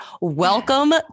welcome